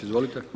Izvolite!